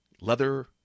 Leather